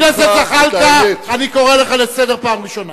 חבר הכנסת זחאלקה, אני קורא לך לסדר פעם ראשונה.